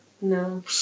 no